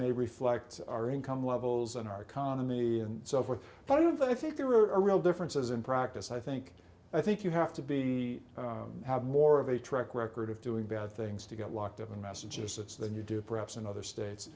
may reflect our income levels and our economy and so forth but of that i think there are real differences in practice i think i think you have to be have more of a track record of doing bad things to get locked up in massachusetts than you do perhaps in other states